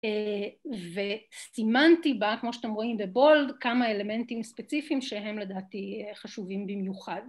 וסימנתי בה, כמו שאתם רואים בבולד, כמה אלמנטים ספציפיים שהם לדעתי חשובים במיוחד.